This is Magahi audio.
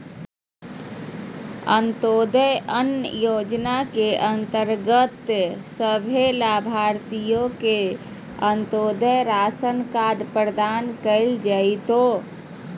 अंत्योदय अन्न योजना के अंतर्गत सभे लाभार्थि के अंत्योदय राशन कार्ड प्रदान कइल जयतै